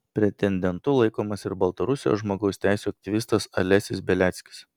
pretendentu laikomas ir baltarusijos žmogaus teisių aktyvistas alesis beliackis